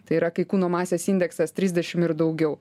tai yra kai kūno masės indeksas trisdešim ir daugiau